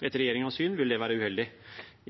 Etter regjeringens syn vil det være uheldig.